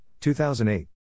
2008